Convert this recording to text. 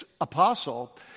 apostle